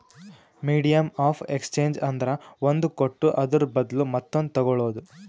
medium of exchange ಅಂದ್ರ ಒಂದ್ ಕೊಟ್ಟು ಅದುರ ಬದ್ಲು ಮತ್ತೊಂದು ತಗೋಳದ್